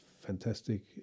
fantastic